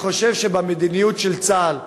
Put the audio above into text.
אני חושב שלפי המדיניות של צה"ל,